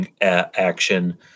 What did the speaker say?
action